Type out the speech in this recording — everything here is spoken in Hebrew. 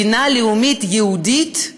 מדינה לאומית יהודית,